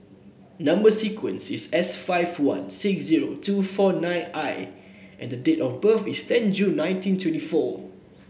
number sequence is S five one six zero two four nine I and date of birth is ten June nineteen twenty four